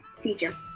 teacher